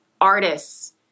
artists